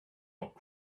rock